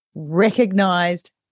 recognized